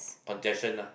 congestion lah